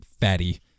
fatty